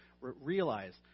realize